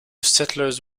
settlers